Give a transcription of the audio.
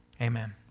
Amen